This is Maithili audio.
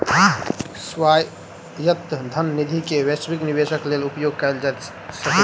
स्वायत्त धन निधि के वैश्विक निवेशक लेल उपयोग कयल जा सकै छै